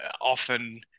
often